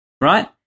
right